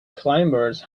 climbers